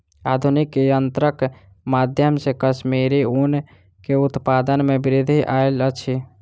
आधुनिक यंत्रक माध्यम से कश्मीरी ऊन के उत्पादन में वृद्धि आयल अछि